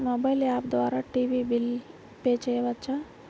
Mobile app ద్వారా TV bill pay చేయవచ్చా?